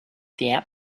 that